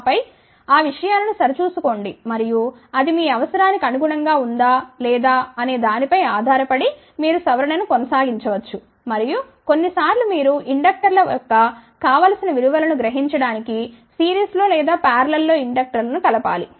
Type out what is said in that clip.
ఆపై ఆ విషయాలను సరిచూసుకోండి మరియు అది మీ అవసరానికి అనుగుణంగా ఉందా లేదా అనే దానిపై ఆధారపడి మీరు సవరణ ను కొనసాగించవచ్చు మరియు కొన్నిసార్లు మీరు ఇండక్టర్ల యొక్క కావలసిన విలువ ను గ్రహించడానికి సిరీస్లో లేదా పారలల్ లో ఇండక్టర్లను కలపాలి